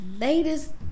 latest